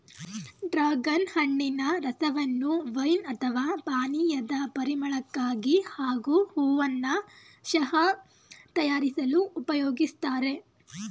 dragon ಹಣ್ಣಿನ ರಸವನ್ನು wine ಅಥವಾ ಪಾನೀಯದ ಪರಿಮಳಕ್ಕಾಗಿ ಹಾಗೂ ಹೂವನ್ನ ಚಹಾ ತಯಾರಿಸಲು ಉಪಯೋಗಿಸ್ತಾರೆ